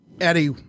Eddie